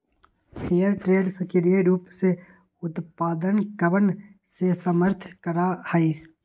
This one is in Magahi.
फेयर ट्रेड सक्रिय रूप से उत्पादकवन के समर्थन करा हई